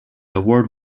award